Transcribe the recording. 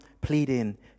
pleading